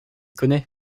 connais